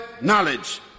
knowledge